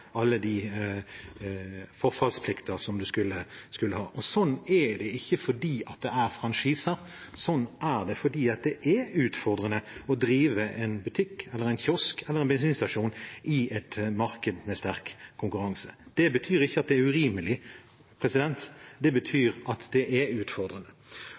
er ikke fordi det er franchiser, det er fordi det er utfordrende å drive en butikk eller en kiosk eller en bensinstasjon i et marked med sterk konkurranse. Det betyr ikke at det er urimelig, det betyr at det er utfordrende.